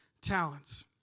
talents